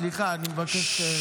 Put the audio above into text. סליחה, אני מבקש.